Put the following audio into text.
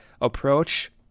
approach